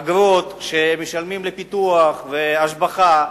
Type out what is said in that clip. אגרות שמשלמים לפיתוח והשבחה,